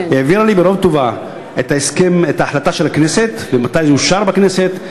העבירה לי ברוב טובה את ההחלטה של הכנסת ומתי זה אושר בכנסת,